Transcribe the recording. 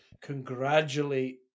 congratulate